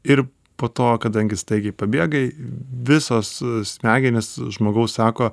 ir po to kadangi staigiai pabėgai visos smegenys žmogaus sako